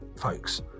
folks